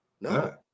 No